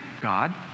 God